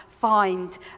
find